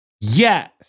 Yes